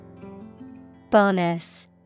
Bonus